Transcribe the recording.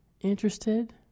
interested